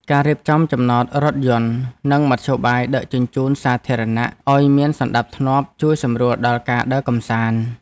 ការរៀបចំចំណតរថយន្តនិងមធ្យោបាយដឹកជញ្ជូនសាធារណៈឱ្យមានសណ្តាប់ធ្នាប់ជួយសម្រួលដល់ការដើរកម្សាន្ត។